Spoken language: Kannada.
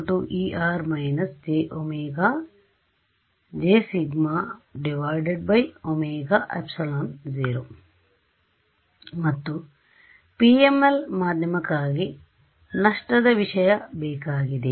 sz εr − jσωε0 ಮತ್ತು PML ಮಾಧ್ಯಮಕ್ಕಾಗಿ ನಷ್ಟದ ವಿಷಯ ಬೇಕಾಗಿದೆ